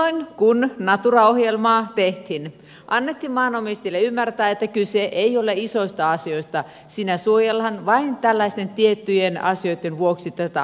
silloin kun natura ohjelmaa tehtiin annettiin maanomistajien ymmärtää että kyse ei ole isoista asioista siinä suojellaan vain tällaisten tiettyjen asioitten vuoksi tätä aluetta